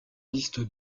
liste